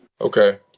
Okay